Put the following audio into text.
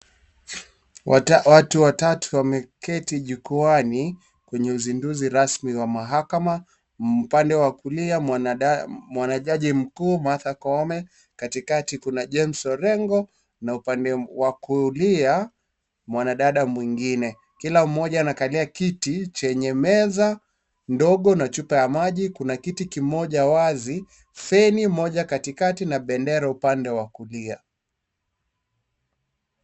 Watu watatu wameketi jukwaani kwenye uzinduzi rasmi wa mahakama. Upande wa kulia mwanajaji mkuu Martha Koome, katikati kuna James Orengo na upande wa kulia mwanadada mwingine. Kila mmoja anakalia kiti chenye meza ndogo na chupa ya maji, kuna kiti moja wazi, feni moja katikati na bendera upande wa kulia.